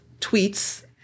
tweets